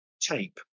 tape